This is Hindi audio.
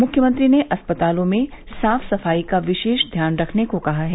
मुख्यमंत्री ने अस्पतालों में साफ सफाई का विशेष ध्यान रखने को कहा है